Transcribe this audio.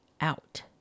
out